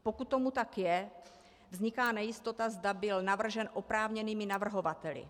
Pokud tomu tak je, vzniká nejistota, zda byl navržen oprávněnými navrhovateli.